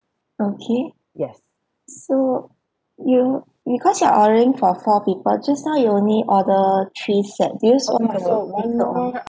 okay so you you cause you are ordering for four people just now you only order three sets do you still need to order